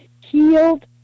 healed